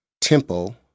tempo